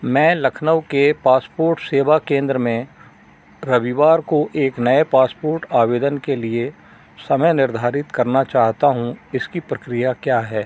मैं लखनऊ के पासपोर्ट सेवा केंद्र में रविवार को एक नए पासपोर्ट आवेदन के लिए समय निर्धारित करना चाहता हूँ इस की प्रक्रिया क्या है